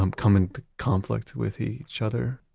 um come into conflict with each other?